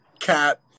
Cat